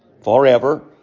forever